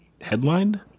headlined